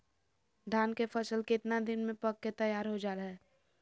धान के फसल कितना दिन में पक के तैयार हो जा हाय?